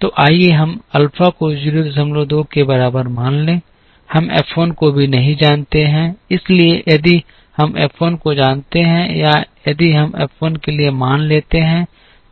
तो आइए हम अल्फा को 02 के बराबर मान लें हम F 1 को भी नहीं जानते हैं इसलिए यदि हम F 1 को जानते हैं या यदि हम F 1 के लिए मान लेते हैं